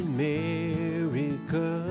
America